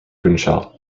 funchal